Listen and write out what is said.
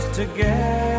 together